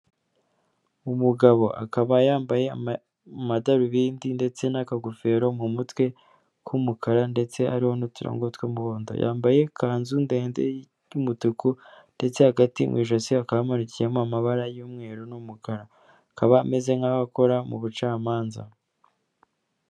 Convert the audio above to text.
Umugabo akaba yambaye amadarubindi ndetse n'akagofero mu mutwe k'umukara, ndetse hariho n'uturongo tw'umuhondo, yambaye ikanzu ndende y'umutuku ndetse hagati mu ijosi hakaba hamanukiyemo amabara y'umweru n'umukara, akaba ameze nkaho akora mu bucamanza.